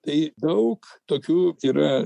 tai daug tokių yra